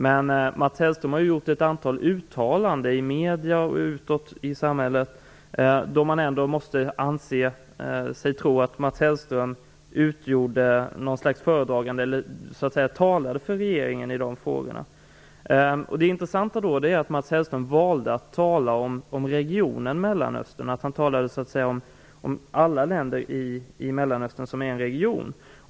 Men Mats Hellström har ju gjort ett antal uttalanden i medierna och utåt i samhället som gör att man måste tro att han gjorde sig till något slags föredragande eller att han talade för regeringen i dessa frågor. Det intressanta är att Mats Hellström valde att tala om regionen Mellanöstern, dvs. att alla länder i Mellanöstern utgör en region.